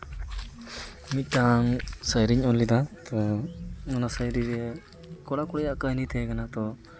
ᱢᱤᱫᱴᱟᱝ ᱥᱟᱭᱨᱤᱧ ᱚᱞ ᱞᱮᱫᱟ ᱛᱚ ᱚᱱᱟ ᱥᱟᱭᱨᱤ ᱨᱮ ᱠᱚᱲᱟᱼᱠᱩᱲᱤᱭᱟᱜ ᱠᱟᱹᱦᱱᱤ ᱛᱟᱦᱮᱸᱠᱟᱱᱟ ᱛᱚ